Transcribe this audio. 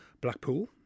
Blackpool